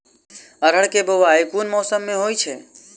अरहर केँ बोवायी केँ मौसम मे होइ छैय?